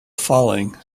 falling